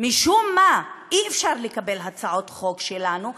משום מה אי-אפשר לקבל הצעות חוק שלנו,